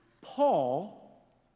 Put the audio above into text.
Paul